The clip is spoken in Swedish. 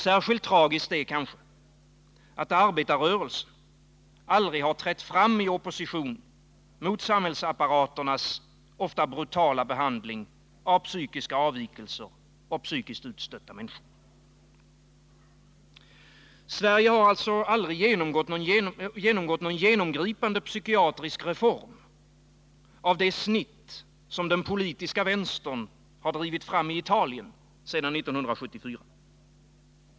Särskilt tragiskt är kanske att arbetarrörelsen aldrig trätt fram i opposition mot samhällsapparaternas ofta brutala behandling av psykiska avvikelser och psykiskt utstötta människor. Sverige har aldrig genomgått någon genomgripande psykiatrisk reform av det snitt som den politiska vänstern har drivit fram i Italien sedan 1974.